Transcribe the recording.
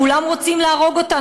כולם רוצים להרוג אותנו.